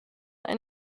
and